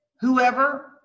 Whoever